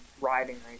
riding